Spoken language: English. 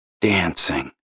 dancing